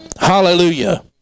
Hallelujah